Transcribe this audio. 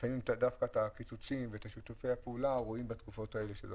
ולפעמים דווקא את הקיצוצים בשיתופי הפעולה רואים בתקופות האלה.